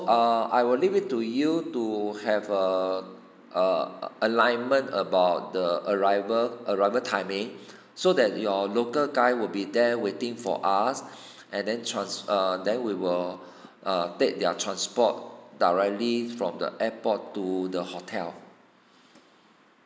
err I will leave it to you to have a err alignment about the arrival arrival timing so that your local guy will be there waiting for us and then transfer err then we will err take their transport directly from the airport to the hotel